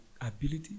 ability